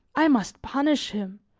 i must punish him,